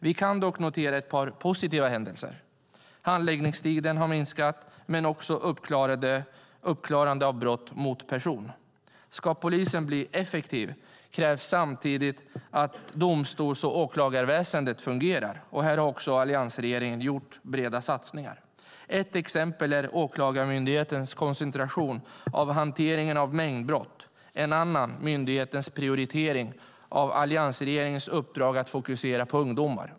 Vi kan dock notera ett par positiva händelser. Handläggningstiden har minskat men också tiden för uppklarande av brott mot person. Ska polisen bli effektiv krävs samtidigt att domstols och åklagarväsendet fungerar. Här har alliansregeringen gjort breda satsningar. Ett exempel är Åklagarmyndighetens koncentration av hanteringen av mängdbrott. Ett annat är myndighetens prioritering av alliansregeringens uppdrag att fokusera på ungdomar.